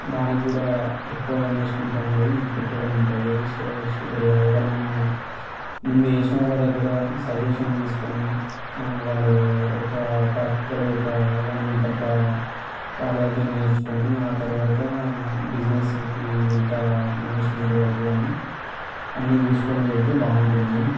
దాన్ని కూడా ఎక్కువ ఇన్వెస్ట్మెంట్ అనేది పెట్టడం ఉంటుంది సో ఎవరన్నా ముందు చేసిన వాళ్ల దగ్గర సజెషన్ తీసుకొని వాళ్ళు ఒక ప్రాక్టికల్ ఒక వన్ వీక్ అట్లా వాళ్ళ దగ్గర నేర్చుకుని ఆ తర్వాత బిజినెస్కి ఎంత ఇన్వెస్ట్మెంట్ అవుతుందని అన్ని చూసుకుని పెడితే బాగుంటుంది